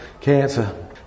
cancer